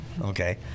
Okay